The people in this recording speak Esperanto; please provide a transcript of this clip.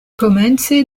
komence